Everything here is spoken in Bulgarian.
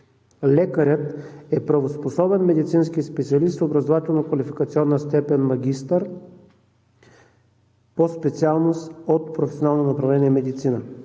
Лекарят е правоспособен медицински специалист с образователно-квалификационна степен „магистър“ по специалност от професионално направление „Медицина“.